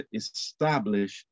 establish